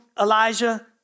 Elijah